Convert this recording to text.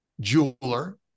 jeweler